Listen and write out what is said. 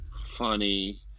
Funny